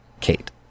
Kate